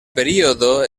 período